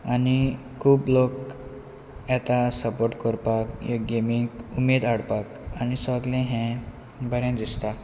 आनी खूब लोक येता सपोर्ट करपाक गेमीक उमेद हाडपाक आनी सगळें हें बरें दिसता